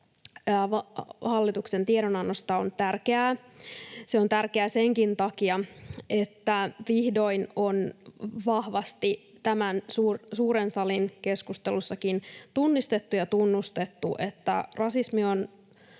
hallituksen tiedonannosta on tärkeää. Se on tärkeää senkin takia, että vihdoin on vahvasti tämän suuren salin keskustelussakin tunnistettu ja tunnustettu, että rasismi on